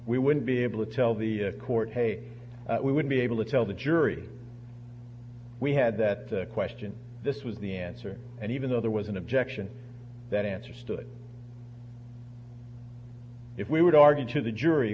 we wouldn't be able to tell the court hey we would be able to tell the jury we had that question this was the answer and even though there was an objection that answer stood if we would argue to the jury